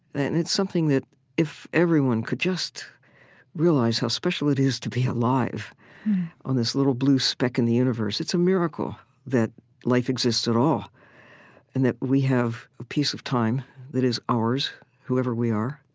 and it's something that if everyone could just realize how special it is to be alive on this little blue speck in the universe, it's a miracle that life exists at all and that we have a piece of time that is ours whoever we are,